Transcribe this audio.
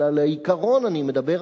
אבל על העיקרון אני מדבר,